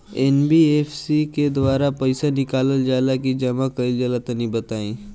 NBFC के द्वारा पईसा निकालल जला की जमा कइल जला तनि बताई?